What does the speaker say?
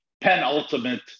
penultimate